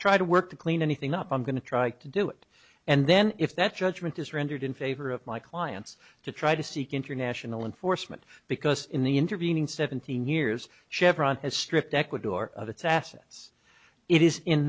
try to work to clean anything up i'm going to try to do it and then if that judgment is rendered in favor of my clients to try to seek international enforcement because in the intervening seventeen years chevron has stripped ecuador of its assets it is in